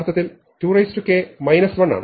ഇത് 23 1 ആണ്